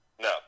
No